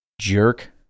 jerk